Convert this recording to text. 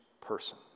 person